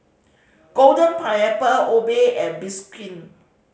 Golden Pineapple Obey and Bioskin